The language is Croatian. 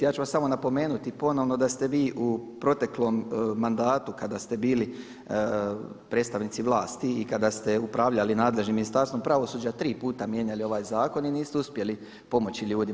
Ja ću vam samo napomenuti ponovno da ste vi u proteklom mandatu kada ste bili predstavnici vlasti i kada ste upravljali nadležnim Ministarstvom pravosuđa tri puta mijenjali ovaj zakon i niste uspjeli pomoći ljudima.